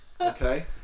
Okay